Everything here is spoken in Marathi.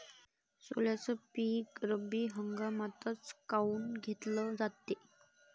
सोल्याचं पीक रब्बी हंगामातच काऊन घेतलं जाते?